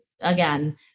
again